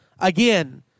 again